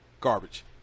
Garbage